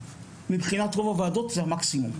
מבחינת רוב הוועדות זה המקסימום.